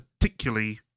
particularly